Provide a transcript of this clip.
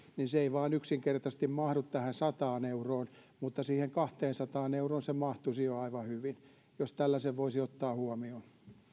niin se ei vain yksinkertaisesti mahdu tähän sataan euroon mutta siihen kahteensataan euroon se mahtuisi jo aivan hyvin jos tällaisen voisi ottaa huomioon